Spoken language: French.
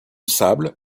sable